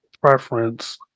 preference